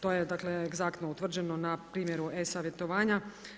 To je dakle egzaktno utvrđeno na primjeru e-savjetovanja.